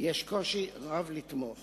יש קושי רב לתמוך